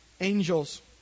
angels